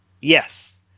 yes